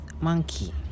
monkey